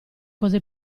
cosa